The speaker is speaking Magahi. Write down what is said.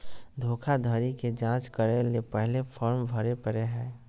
धोखाधड़ी के जांच करय ले पहले फॉर्म भरे परय हइ